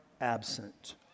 absent